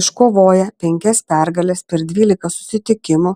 iškovoję penkias pergales per dvylika susitikimų